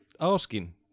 Asking